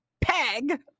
peg